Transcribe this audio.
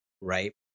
right